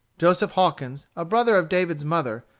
joseph hawkins, a brother of david's mother,